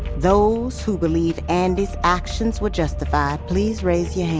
those who believe andi's actions were justified, please raise your